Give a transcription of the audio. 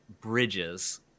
bridges